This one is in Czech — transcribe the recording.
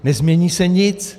Nezmění se nic.